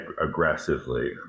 aggressively